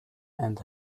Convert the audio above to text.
and